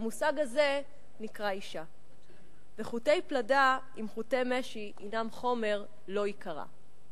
ולמושג הזה קרא 'אשה' חוטי פלדה עם חוטי משי הינם חומר לא ייקרע".